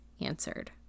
answered